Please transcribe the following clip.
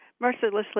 mercilessly